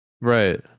right